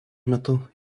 metu